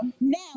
Now